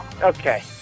Okay